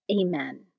Amen